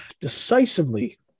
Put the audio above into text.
decisively